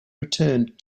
returned